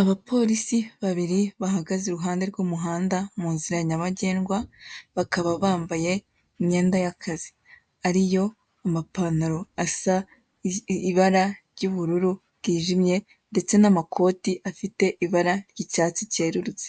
Abapolisi babiri bahagaze iruhande rw'umuhanda munzira nyabagendwa, bakaba bambaye imyenda y'akazi ;ariyo amapantaro asa ibara ry'ubururu bwijimye ,ndetse n'amakote afite ibara ry'icyatsi cyerurutse